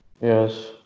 Yes